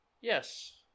Yes